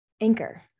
Anchor